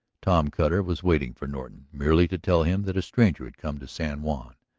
tom cutter was waiting for norton merely to tell him that a stranger had come to san juan,